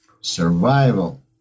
survival